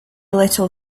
little